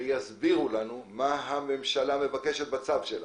שיסבירו לנו מה הממשלה מבקשת בצו שלה.